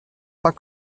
pas